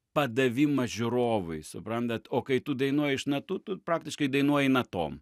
padavimą žiūrovui suprantat o kai tu dainuoji iš natų tu praktiškai dainuoji natom